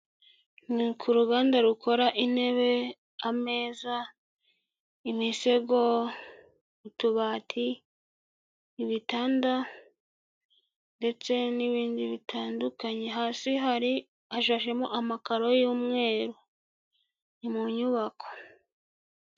Ni k'uruganda rukora intebe, ameza, imisego, utubati, ibitanda ndetse n'ibindi bitandukanye, hasi hashashemo amakaro y'umweru, ni mu nyubako.